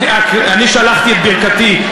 אני שלחתי את ברכתי,